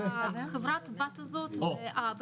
ברור שזאת הכוונה.